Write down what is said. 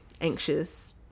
anxious